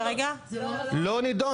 לא נידון.